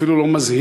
אפילו לא מזהיר,